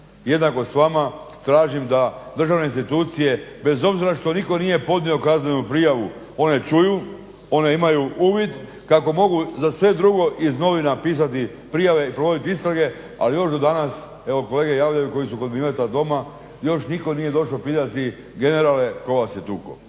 jednako s vama tražim da državne institucije bez obzira što nitko nije podnio kaznenu prijavu one čuju, one imaju uvid kako mogu za sve drugo iz novina pisati prijave i provoditi istrage ali još do danas evo kolege javljaju koji su kod Mileta doma još nitko nije došao pitati generale tko vas je tukao.